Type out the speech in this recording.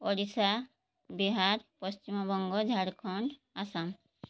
Odisha Bihar Paschimbanga Jharkhand Assam